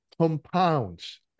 compounds